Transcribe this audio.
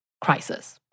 crisis